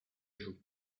joue